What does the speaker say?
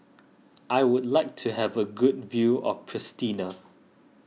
I would like to have a good view of Pristina